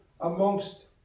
amongst